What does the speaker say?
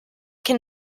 can